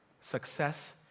Success